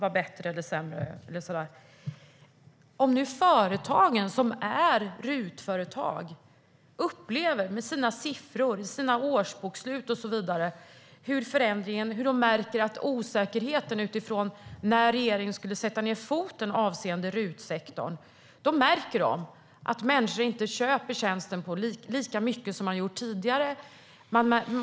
RUT-företagen har i sina siffror och årsbokslut märkt av osäkerheten i fråga om när regeringen ska sätta ned foten avseende RUT-sektorn. De har märkt att människor inte köper tjänsterna lika mycket som tidigare.